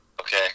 Okay